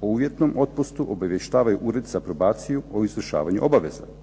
o uvjetnom otpustu obavještavaju Ured za probaciju o izvršavanju obaveza.